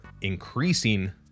increasing